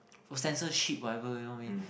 oh censorship whatever you know what I mean